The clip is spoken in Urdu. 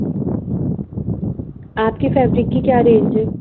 آپ کی فیبرک کی کیا رینج ہے